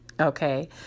okay